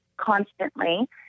constantly